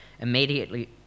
immediately